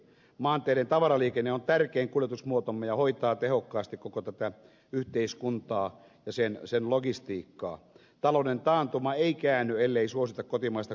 maanteiden tavaraliikenne on tärkein kuljetusmuotomme ja hoitaa tehokkaasti koko tätä yhteiskuntaa sen sen logistiikkaa talouden taantuma ei käänny ellei suosita kotimaista